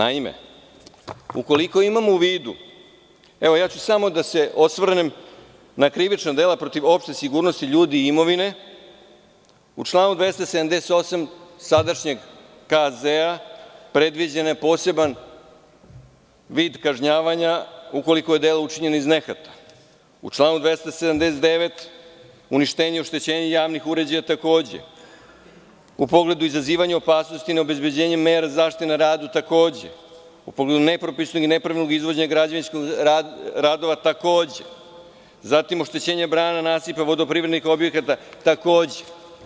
Samo ću se osvrnuti na krivična dela protiv opšte sigurnosti ljudi i imovine: u članu 278. sadašnjeg KZ predviđen je poseban vid kažnjavanja ukoliko je delo učinjeno iz nehata; u članu 279, uništenje i oštećenje javnih uređaja, takođe; u pogledu izazivanja opasnosti, neobezbeđenje mera zaštite na radu, takođe; u pogledu nepropisnog i nepravilnog izvođenja građevinskih radova, takođe; oštećenje brana, nasipa, vodoprivrednih objekata, takođe.